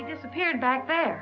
he disappeared back there